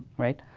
right.